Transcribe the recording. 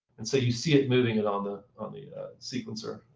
and so you see it moving it on the on the sequencer,